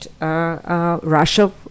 Russia